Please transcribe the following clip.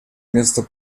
место